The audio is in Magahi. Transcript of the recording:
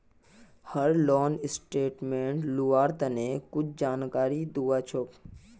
हर लोन स्टेटमेंट लुआर तने कुछु जानकारी दुआ होछे